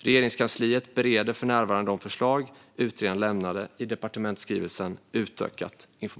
Regeringskansliet bereder för närvarande de förslag som utredaren lämnade i departementsskrivelsen Utökat informationsutbyte .